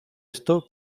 esto